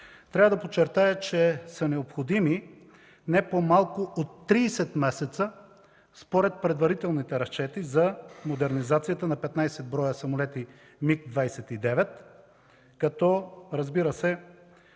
Трябва да подчертая, че са необходими не по-малко от 30 месеца според предварителните разчети за модернизацията на 15 броя самолети Миг-29, като, разбира се,